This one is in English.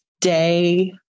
day